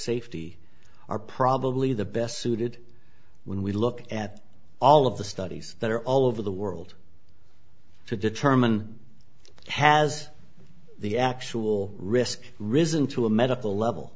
safety are probably the best suited when we look at all of the studies that are all over the world to determine has the actual risk risen to a medical level